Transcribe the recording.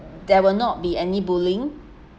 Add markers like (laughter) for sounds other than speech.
(noise) there will not be any bullying